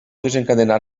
desencadenar